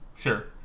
Sure